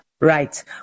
right